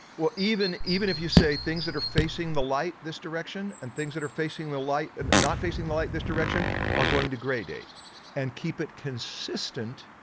well, even even if you say things that are facing the light, this direction and things that are facing the light and not facing the light this direction are going to gradate and keep it consistent,